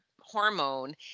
hormone